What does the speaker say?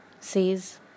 says